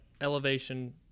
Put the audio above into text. elevation